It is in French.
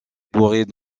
pourrait